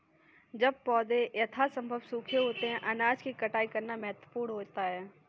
जब पौधे यथासंभव सूखे होते हैं अनाज की कटाई करना महत्वपूर्ण होता है